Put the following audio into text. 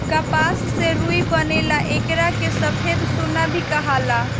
कपास से रुई बनेला एकरा के सफ़ेद सोना भी कहाला